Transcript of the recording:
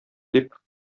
дип